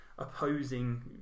opposing